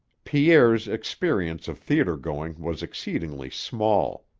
pierre's experience of theater-going was exceedingly small.